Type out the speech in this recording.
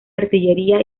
artillería